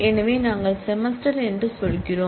எனவே நாங்கள் செமஸ்டர் என்று சொல்கிறோம்